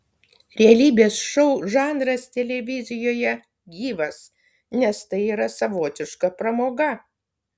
realybės šou žanras televizijoje gyvas nes tai yra savotiška pramoga